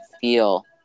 feel